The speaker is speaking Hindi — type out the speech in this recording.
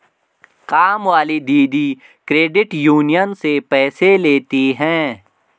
कामवाली दीदी क्रेडिट यूनियन से पैसे लेती हैं